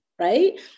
right